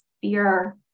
fear